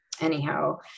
anyhow